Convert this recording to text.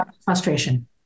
frustration